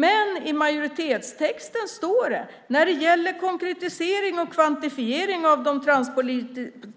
Men i majoritetstexten står det så här: "När det gäller konkretisering och kvantifiering av de